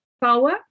power